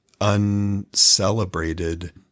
uncelebrated